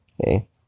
okay